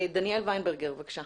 דניאל וינברגר, בבקשה.